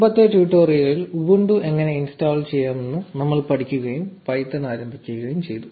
മുമ്പത്തെ ട്യൂട്ടോറിയലിൽ ഉബുണ്ടു എങ്ങനെ ഇൻസ്റ്റാൾ ചെയ്യാമെന്ന് നമ്മൾ പഠിക്കുകയും പൈത്തൺ ആരംഭിക്കുകയും ചെയ്തു